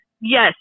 yes